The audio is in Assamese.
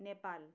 নেপাল